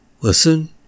Listen